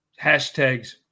hashtags